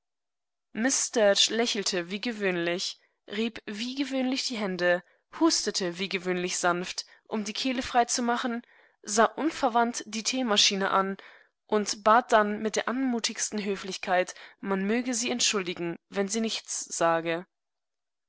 lächelte wie gewöhnlich rieb wie gewöhnlich die hände hustete wie gewöhnlich sanft um die kehle frei zu machen sah unverwandt die teemaschine an und bat dann mit der anmutigsten höflichkeit man möge sie entschuldigen wenn sie nichtssage